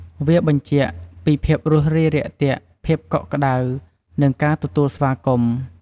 វាបញ្ជាក់ពីភាពរួសរាយរាក់ទាក់ ភាពកក់ក្តៅ និងការទទួលស្វាគមន៍។